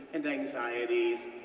and anxieties,